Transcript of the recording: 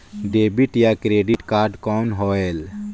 Debit या credit card कौन होएल?